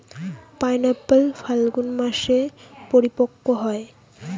pineapple Phalgun মাসে পরিপক্ব হয়